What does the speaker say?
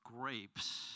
grapes